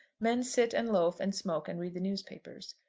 men sit and loafe and smoke and read the newspapers.